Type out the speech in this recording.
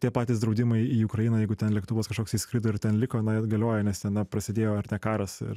tie patys draudimai į ukrainą jeigu ten lėktuvas kažkoks tai skrido ir ten liko na galioja nes ten na prasidėjo karas ir